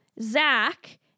Zach